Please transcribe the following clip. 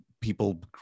people